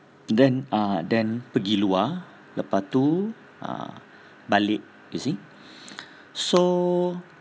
then ah then pergi luar lepas tu ah balik you see so